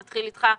נתחיל אתך,